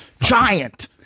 giant